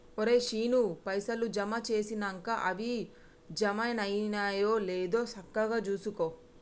ఒరే శీనూ, పైసలు జమ జేసినంక అవి జమైనయో లేదో సక్కగ జూసుకో